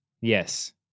Yes